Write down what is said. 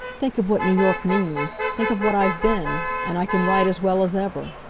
think of what new york means! think of what i've been! and i can write as well as ever.